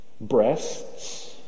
Breasts